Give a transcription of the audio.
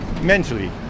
mentally